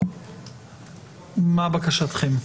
מה בקשתכם?